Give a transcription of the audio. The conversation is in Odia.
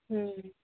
ହୁଁ